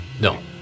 No